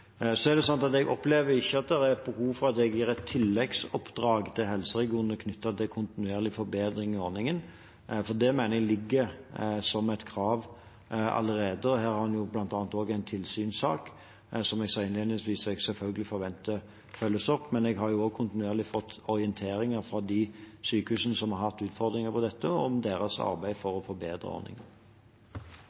Jeg opplever ikke at det er behov for at jeg gir et tilleggsoppdrag til helseregionene knyttet til kontinuerlig forbedring i ordningen, for det mener jeg ligger som et krav allerede. Her har en bl.a. en tilsynssak, som jeg – som jeg sa innledningsvis – selvfølgelig forventer at følges opp, men jeg har også kontinuerlig fått orienteringer fra sykehusene som har hatt utfordringer på dette, om deres arbeid for å forbedre